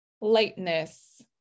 lightness